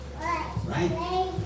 Right